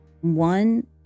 one